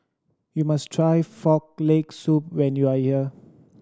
you must try Frog Leg Soup when you are here